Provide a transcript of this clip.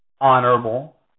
honorable